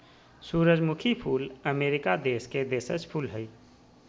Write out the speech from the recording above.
सूरजमुखी फूल अमरीका देश के देशज फूल हइ